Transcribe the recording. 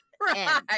Right